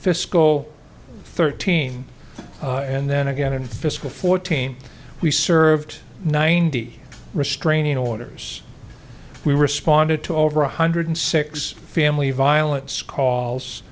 fiscal thirteen and then again in fiscal fourteen we served ninety restraining orders we responded to over one hundred six family violence calls